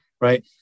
Right